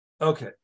Okay